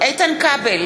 איתן כבל,